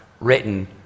written